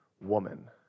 woman